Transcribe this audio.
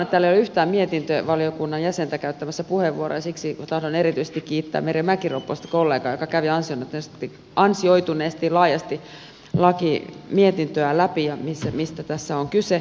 täällä ei ole yhtään mietintövaliokunnan jäsentä käyttämässä puheenvuoroa ja siksi tahdon erityisesti kiittää merja mäkisalo ropposta kollegaa joka kävi ansioituneesti ja laajasti lakimietintöä läpi mistä tässä on kyse